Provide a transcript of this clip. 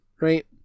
right